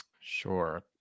Sure